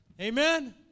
Amen